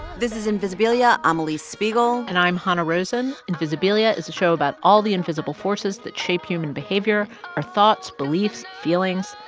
this is invisibilia. i'm alix spiegel and i'm hanna rosin. invisibilia is a show about all the invisible forces that shape human behavior our thoughts, beliefs, feelings.